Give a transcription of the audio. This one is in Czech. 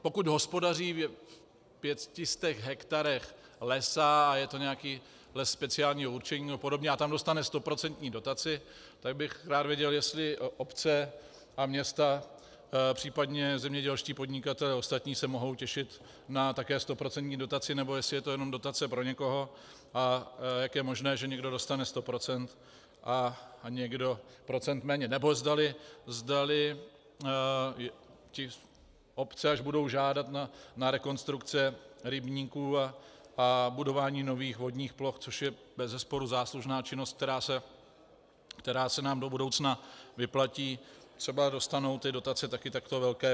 Pokud hospodaří na 500 hektarech lesa a je to nějaký les speciálního určení apod. a tam dostane stoprocentní dotaci, tak bych rád věděl, jestli obce a města, případně zemědělští podnikatelé a ostatní se mohou těšit také na stoprocentní dotaci, anebo jestli je to jenom dotace pro někoho, a jak je možné, že někdo dostane sto procent a někdo procent méně, nebo zdali obce, až budou žádat na rekonstrukce rybníků a budování nových vodních ploch, což je bezesporu záslužná činnost, která se nám do budoucna vyplatí, třeba dostanou ty dotace také takto velké.